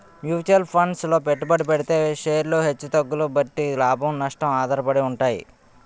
mutual funds లో పెట్టుబడి పెడితే షేర్లు హెచ్చు తగ్గుల బట్టి లాభం, నష్టం ఆధారపడి ఉంటాయి